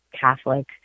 Catholic